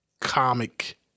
comic